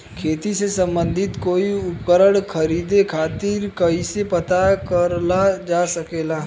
खेती से सम्बन्धित कोई उपकरण खरीदे खातीर कइसे पता करल जा सकेला?